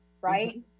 right